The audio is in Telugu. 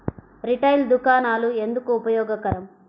రిటైల్ దుకాణాలు ఎందుకు ఉపయోగకరం?